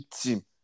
team